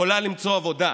יכולה למצוא עבודה?